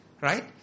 Right